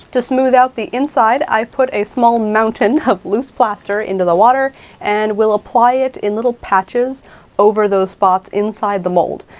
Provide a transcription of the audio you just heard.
to smooth out the inside, i put a small mountain of loose plaster into the water and will apply it in little patches over those spots inside the mold.